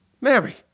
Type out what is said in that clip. Mary